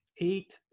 eight